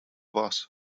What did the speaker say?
boss